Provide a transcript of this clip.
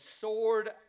sword